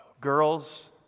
girls